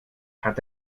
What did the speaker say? hat